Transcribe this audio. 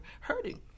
hurting